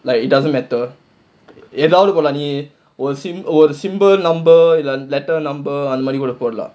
like it doesn't matter ஏதாவது இப்போ நீ:ethaavathu ippo nee symbol number letter number அந்த மாதிரி கூட போடலாம்:antha maathiri kooda podalaam